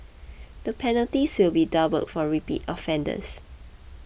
the penalties will be doubled for repeat offenders